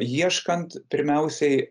ieškant pirmiausiai